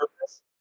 purpose